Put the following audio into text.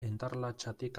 endarlatsatik